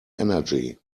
energy